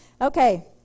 Okay